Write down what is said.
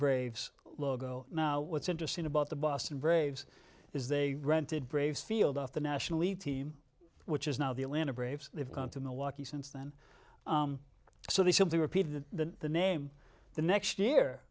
braves logo now what's interesting about the boston braves is they rented braves field off the national league team which is now the atlanta braves they've come to milwaukee since then so they simply repeat the name the next year